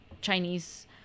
Chinese